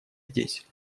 здесь